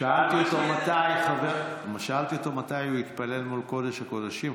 שאלתי אותו מתי הוא התפלל מול קודש-הקודשים.